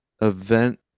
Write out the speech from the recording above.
event